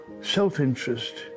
self-interest